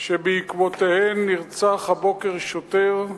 שבעקבותיה נרצח הבוקר שוטר.